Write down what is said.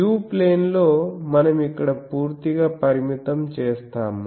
u ప్లేన్లో మనం ఇక్కడ పూర్తిగా పరిమితం చేస్తాము